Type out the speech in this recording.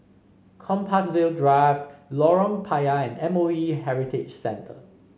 Compassvale Drive Lorong Payah and M O E Heritage Centre